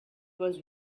was